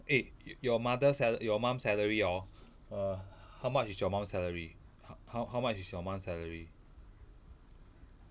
eh your mother sal~ your mum salary orh err how much is your mum salary how much is your mum salary